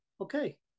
okay